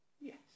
Yes